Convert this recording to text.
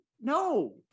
No